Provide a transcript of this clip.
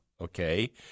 Okay